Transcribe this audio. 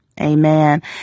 Amen